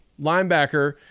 linebacker